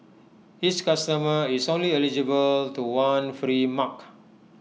each customer is only eligible to one free mug